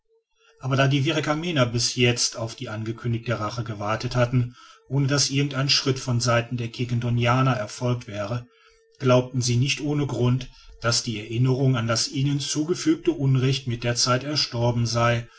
aber da die virgamener bis jetzt auf die angekündigte rache gewartet hatten ohne daß irgend ein schritt von seiten der quiquendonianer erfolgt wäre glaubten sie nicht ohne grund daß die erinnerung an das ihnen zugefügte unrecht mit der zeit erstorben sei